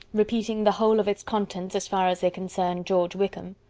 repeating the whole of its contents as far as they concerned george wickham.